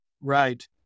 Right